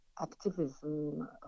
activism